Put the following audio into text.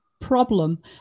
problem